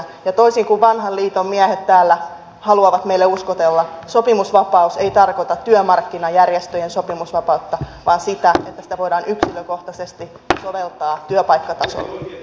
ja toisin kuin vanhan liiton miehet täällä haluavat meille uskotella sopimusvapaus ei tarkoita työmarkkinajärjestöjen sopimusvapautta vaan sitä että sitä voidaan yksikkökohtaisesti soveltaa työpaikkatasolla